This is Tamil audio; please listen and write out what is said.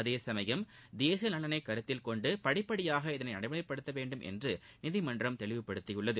அதேசமயம் தேசிய நலனை கருத்தில் கொண்டு படிப்படியாக இதனை நடைமுறைப்படுத்த வேண்டும் என்று நீதிமன்றம் தெளிவுப்படுத்தியுள்ளது